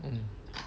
mm